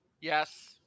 Yes